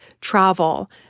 travel